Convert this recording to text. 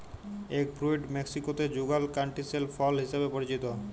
egg fruit মেক্সিকোতে যুগাল ক্যান্টিসেল ফল হিসেবে পরিচিত